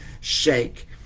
shake